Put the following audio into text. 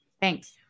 Thanks